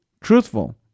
truthful